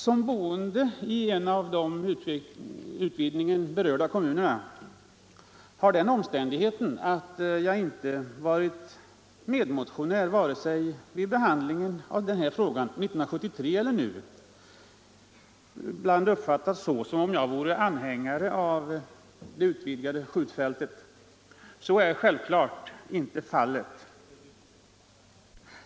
Som boende i en av de kommuner som berörs av utvidgningen har den omständighet att jag inte varit medmotionär vid behandlingen av frågan vare sig 1973 eller nu ibland uppfattats så att jag skulle vara anhängare av det utvidgade skjutfältet. Så är självklart inte fallet.